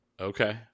Okay